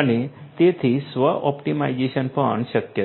અને તેથી સ્વ ઑપ્ટિમાઇઝેશન પણ શક્ય છે